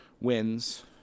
wins